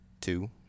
two